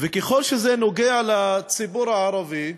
וככל שזה נוגע לציבור הערבי,